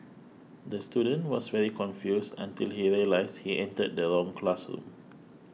the student was very confused until he realised he entered the wrong classroom